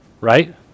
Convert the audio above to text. Right